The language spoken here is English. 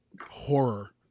horror